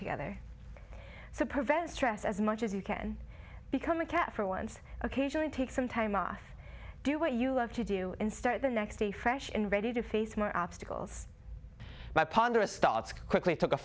together so prevent stress as much as you can become a cat for once occasionally take some time off do what you love to do in start the next day fresh and ready to face more obstacles by ponderous starts quickly took a